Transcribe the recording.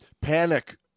Panic